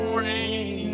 rain